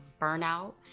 burnout